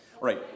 right